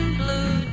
blue